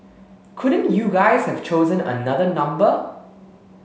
couldn't you guys have chosen another number